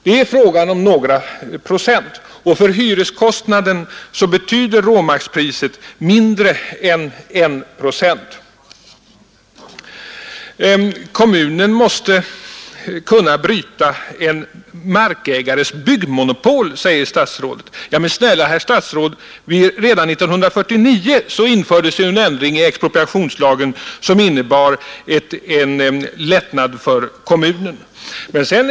Det är fråga om några procent, och för hyreskostnaden betyder råmarkspriset mindre än en procent. Kommunen måste kunna bryta en markägares byggmonopol, säger statsrådet. Men snälla herr statsråd, redan år 1949 infördes en ändring i expropriationslagen som innebar en större möjlighet för kommunerna att agera.